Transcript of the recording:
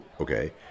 Okay